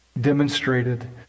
demonstrated